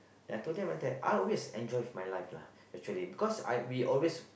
I told them like that I always enjoy my life lah actually because I we always